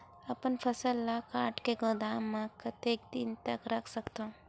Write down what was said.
अपन फसल ल काट के गोदाम म कतेक दिन तक रख सकथव?